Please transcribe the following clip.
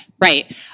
right